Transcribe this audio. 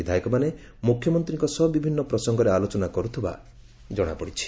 ବିଧାୟକମାନେ ମୁଖ୍ୟମନ୍ତୀକ୍କ ସହ ବିଭିନ୍ ପ୍ରସଙ୍ଗରେ ଆଲୋଚନା କର୍ତୁଥିବା ଜଣାପଡିଛି